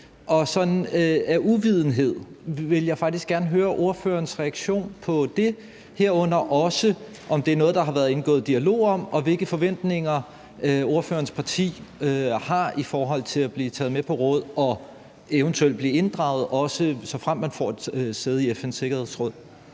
og af uvidenhed vil jeg faktisk gerne høre ordførerens reaktion på det, herunder også, om det er noget, der har været indgået dialog om, og hvilke forventninger ordførerens parti har i forhold til at blive taget med på råd og eventuelt blive inddraget, såfremt man får et sæde i FN's Sikkerhedsråd.